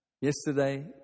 Yesterday